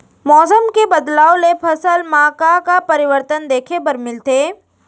मौसम के बदलाव ले फसल मा का का परिवर्तन देखे बर मिलथे?